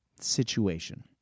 situation